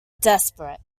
desperate